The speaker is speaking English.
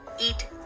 Eat